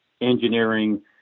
engineering